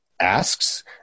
asks